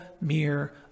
mere